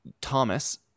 Thomas